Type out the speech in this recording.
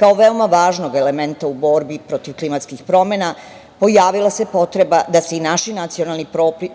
kao veoma važnog elementa u borbi protiv klimatskih promena, pojavila se potreba da se i naši nacionalni